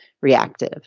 reactive